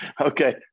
Okay